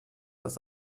das